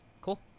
cool